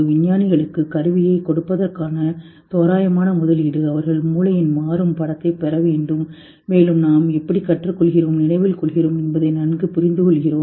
விஞ்ஞானிகளுக்கு கருவியைக் கொடுப்பதற்கான தோராயமான முதலீடு அவர்கள் மூளையின் மாறும் படத்தைப் பெற வேண்டும் மேலும் நாம் எப்படி கற்றுக்கொள்கிறோம் நினைவில் கொள்கிறோம் என்பதை நன்கு புரிந்துகொள்கிறோம்